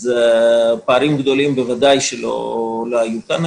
פערים גדולים בוודאי שלא היו כאן,